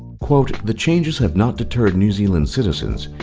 quote, the changes have not deterred new zealand citizens,